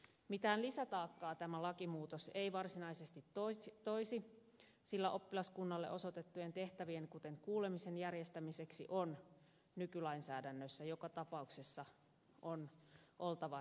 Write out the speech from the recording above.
mitään lisätaakkaa tämä lakimuutos ei varsinaisesti toisi sillä oppilaskunnalle osoitettujen tehtävien kuten kuulemisen järjestämiseksi nykylainsäädännössä joka tapauksessa on oltava järjestelyt